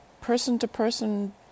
person-to-person